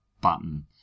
button